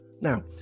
Now